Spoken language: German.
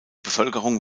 bevölkerung